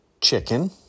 chicken